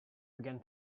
began